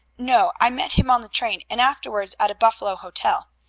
no. i met him on the train and afterwards at a buffalo hotel.